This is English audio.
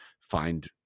find